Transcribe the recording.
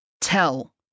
Tell